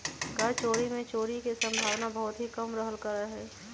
कर चोरी में चोरी के सम्भावना बहुत ही कम रहल करा हई